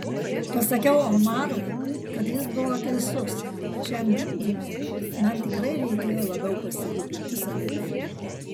pasakiau omarui kad jis buvo teisus šiam gimdymui man tikrai reikėjo labiau pasirūpinti savimi